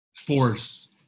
force